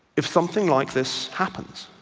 if something like this happens?